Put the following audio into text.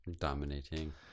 dominating